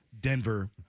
Denver